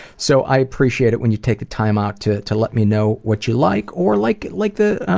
so i appreciate it when you take the time out to to let me know what you like or, like like the